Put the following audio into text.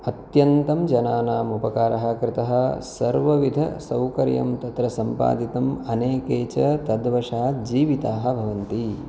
अत्यन्तं जनानाम् उपकारः कृतः सर्वविधसौकर्यं तत्र सम्पादितं अनेके च तद्वशात् जीविताः भवन्ति